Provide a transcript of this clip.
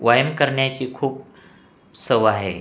वायाम करन्याची खूप सव आहे